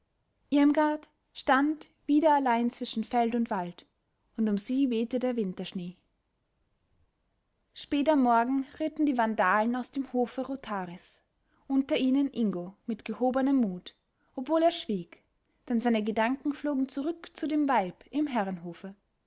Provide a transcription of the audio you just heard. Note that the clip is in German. irmgard stand wieder allein zwischen feld und wald und um sie wehte der winterschnee spät am morgen ritten die vandalen aus dem hofe rotharis unter ihnen ingo mit gehobenem mut obwohl er schwieg denn seine gedanken flogen zurück zu dem weib im herrenhofe